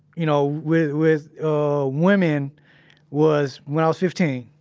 you know, with, with ah women was when i was fifteen.